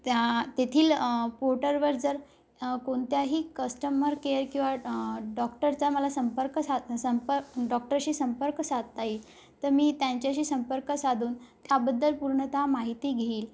त्या तेथील पोर्टरवर जर कोणत्याही कस्टमर केअर किंवा डॉक्टरचा मला संपर्क साध संपक डॉक्टरशी संपर्क साधता येईल त मी त्यांच्याशी संपर्क साधून त्याबद्दल पूर्णत माहिती घेईल